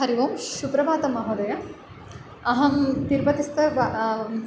हरि ओम् सुप्रभातं महोदय अहं तिरुपतिस्त